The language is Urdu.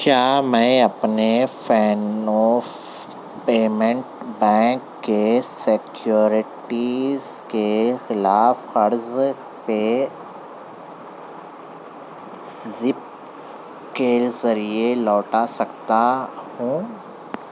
کیا میں اپنے فینو پیمنٹ بینک کے سیکیورٹیز کے خلاف قرض پے زپ کے ذریعے لوٹا سکتا ہوں